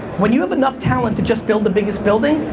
when you have enough talent to just build the biggest building,